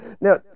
Now